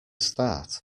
start